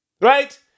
Right